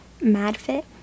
MadFit